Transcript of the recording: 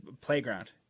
playground